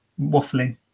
waffling